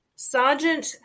Sergeant